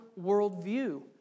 worldview